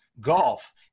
Golf